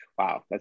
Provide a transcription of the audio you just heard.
Wow